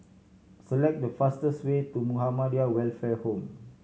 select the fastest way to Muhammadiyah Welfare Home